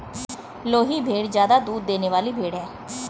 लोही भेड़ ज्यादा दूध देने वाली भेड़ है